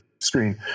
screen